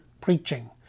preaching